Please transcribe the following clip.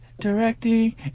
directing